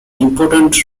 important